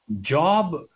job